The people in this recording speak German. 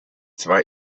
zwei